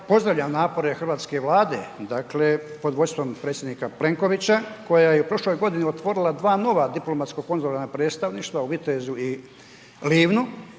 pozdravljam napore hrvatske vlade, dakle, pod vodstvom predsjednika Plenkovića, koja je u prošloj godini otvorila 2 nova diplomatska konzularna predstavništva u Vitezu i Livnu